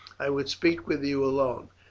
i would speak with you alone,